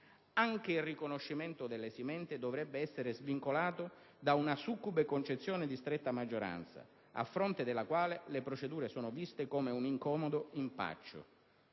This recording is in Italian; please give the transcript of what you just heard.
Anche il riconoscimento dell'esimente dovrebbe essere svincolato da una succube concezione di stretta maggioranza, a fronte della quale le procedure sono viste come un incomodo impaccio.